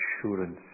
assurance